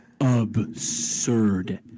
absurd